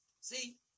See